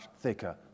thicker